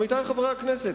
עמיתי חברי הכנסת,